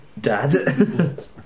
Dad